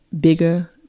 bigger